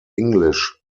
english